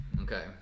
Okay